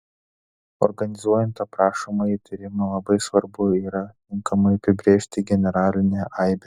organizuojant aprašomąjį tyrimą labai svarbu yra tinkamai apibrėžti generalinę aibę